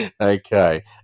Okay